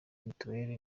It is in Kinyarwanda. mitiweli